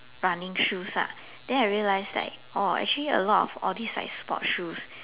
running shoes lah then I realised like oh a lot of all these like sport shoes